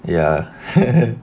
ya